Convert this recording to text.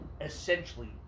essentially